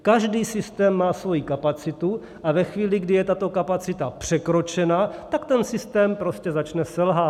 Každý systém má svoji kapacitu a ve chvíli, kdy je tato kapacita překročena, tak ten systém prostě začne selhávat.